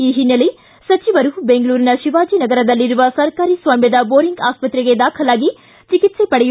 ಈ ಹಿನ್ನೆಲೆ ಸಚಿವರು ಬೆಂಗಳೂರಿನ ಶಿವಾಜಿನಗರದಲ್ಲಿರುವ ಸರ್ಕಾರಿ ಸ್ವಾಮ್ಯದ ಬೋರಿಂಗ್ ಆಸ್ಪತ್ರೆಗೆ ದಾಖಲಾಗಿ ಚಿಕಿತ್ಸೆ ಪಡೆಯುತ್ತಿದ್ದಾರೆ